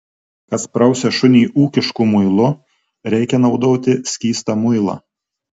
kas prausia šunį ūkišku muilu reikia naudoti skystą muilą